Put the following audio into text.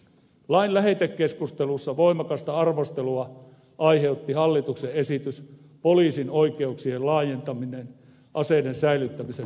lain lähetekeskustelussa voimakasta arvostelua aiheutti hallituksen esitys laajentaa poliisin oikeuksia aseiden säilyttämisen tarkistamiseksi